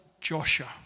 Joshua